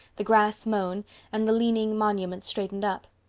the grass mown and the leaning monuments straightened up.